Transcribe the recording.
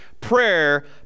prayer